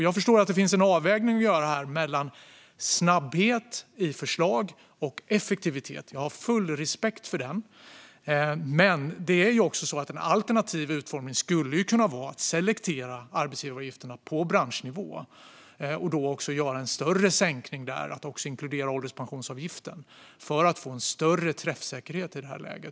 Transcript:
Jag förstår att det här finns en avvägning att göra mellan snabbhet och effektivitet i förslagen; jag har full respekt för detta. Men en alternativ utformning skulle kunna vara att selektera arbetsgivaravgifterna på branschnivå och göra en större sänkning samt att även inkludera ålderspensionsavgiften för att få en större träffsäkerhet i detta läge.